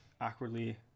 awkwardly